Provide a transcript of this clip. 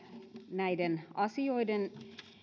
näiden asioiden